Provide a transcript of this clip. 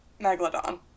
Megalodon